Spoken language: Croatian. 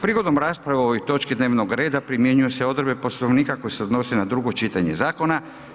Prigodom rasprave o ovoj točki dnevnog reda primjenjuju se odredbe Poslovnika koje se odnose na drugo čitanje zakona.